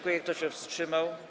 Kto się wstrzymał?